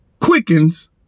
quickens